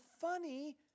funny